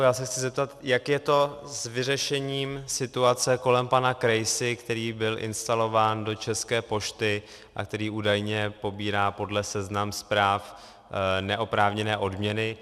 Já se chci zeptat, jak je to s vyřešením situace kolem pana Krejsy, který byl instalován do České pošty a který údajně pobírá podle seznam.zpráv neoprávněné odměny.